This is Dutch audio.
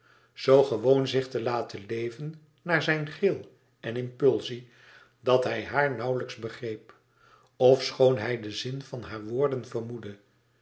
zoo gewoon zich te laten leven naar zijn gril en impulsie dat hij haar nauwlijks begreep ofschoon hij den zin van haar woorden vermoedde